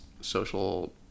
social